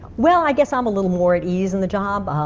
well, i guess i'm a little more at ease in the job,